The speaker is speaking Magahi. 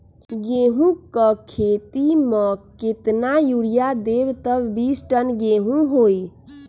गेंहू क खेती म केतना यूरिया देब त बिस टन गेहूं होई?